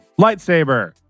lightsaber